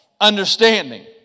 understanding